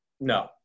No